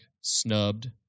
snubbed